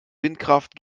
windkraft